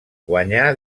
guanyà